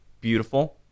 beautiful